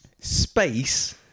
space